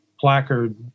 placard